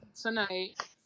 tonight